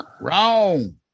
Wrong